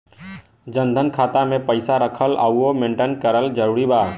जनधन खाता मे पईसा रखल आउर मेंटेन करल जरूरी बा?